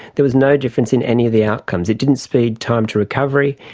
there was no difference in any of the outcomes. it didn't speed time to recovery,